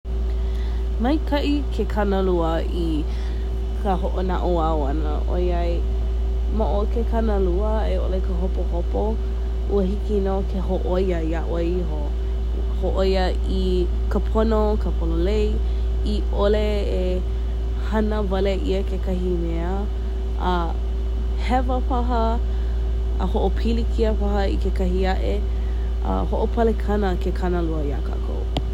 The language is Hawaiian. Maikaʻi ke kanalua i ka hoʻonaʻauao ʻana ʻoiai, ma o ke kanalua a i ʻole ka hopohopo ua hiki nō ke hōʻoia iā ʻoe iho. Hōʻoia i ka pono ka pololei i ʻole e hana wale ʻia kekahi mea, a hewa paha, a hoʻopilikia paha i kekahi aʻe. Ah, hoʻopalekana ke kanalua iā kākou.